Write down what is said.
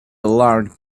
alarmed